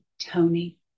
Tony